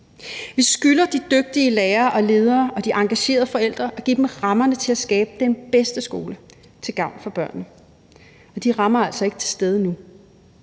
Vi skylder de dygtige lærere og ledere og de engagerede forældre at give dem rammerne til at skabe den bedste skole til gavn for børnene. De rammer er altså ikke til stede nu.